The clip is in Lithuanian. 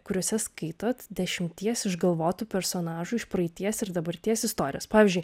kuriuose skaitot dešimties išgalvotų personažų iš praeities ir dabarties istorijas pavyzdžiui